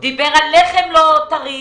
הוא דיבר על לחם לא טרי,